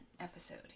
episode